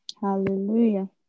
Hallelujah